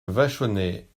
vachonnet